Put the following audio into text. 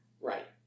Right